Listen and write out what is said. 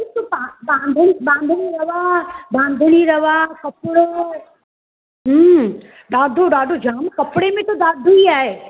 हिकु बा ॿांभणी ॿांभणी रवां ॿांभणी रवां कपिड़ो ॾाढो ॾाढो जामु कपिड़े में त ॾाढो ई आहे